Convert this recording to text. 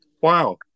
Wow